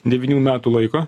devynių metų laiko